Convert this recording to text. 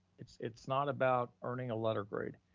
it's it's not about earning a letter grade.